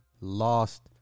lost